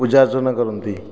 ପୂଜା ଅର୍ଚ୍ଚନା କରନ୍ତି